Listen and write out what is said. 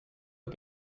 aux